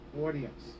audience